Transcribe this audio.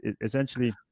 essentially